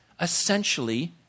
essentially